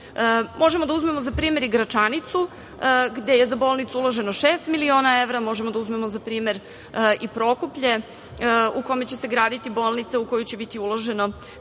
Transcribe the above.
evra. Možemo da uzmemo za primer i Gračanicu, gde je za bolnicu uloženo šest miliona evra. Možemo da uzmemo za primer i Prokuplje u kome će se graditi bolnica u kojoj će biti uloženo